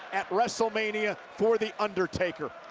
at wrestlemania for the undertaker.